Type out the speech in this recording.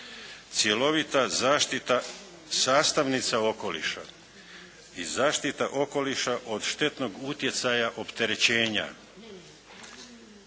cjelovita zaštita sastavnica okoliša i zaštita okoliša od štetnog utjecaja opterećenja,